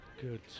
Good